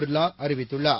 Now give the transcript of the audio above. பிர்லாஅறிவித்துள்ளார்